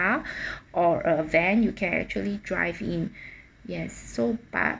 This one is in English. or a van you can actually drive in yes so